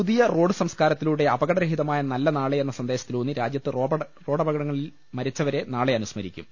പുതിയ റോഡ് സംസ്കാരത്തിലൂടെ അപകടരഹിതമായ നല്ല നാളെ എന്ന സന്ദേശത്തിലൂന്നി രാജ്യത്ത് റോഡപകടങ്ങളിൽ മരിച്ചവരെ നാളെ അനുസ്മരിക്കും